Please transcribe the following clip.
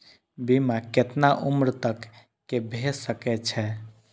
बीमा केतना उम्र तक के भे सके छै?